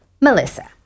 Melissa